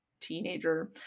teenager